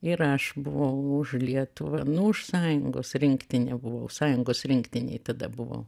ir aš buvau už lietuvą nu už sąjungos rinktinę buvau sąjungos rinktinėj tada buvau